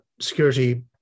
security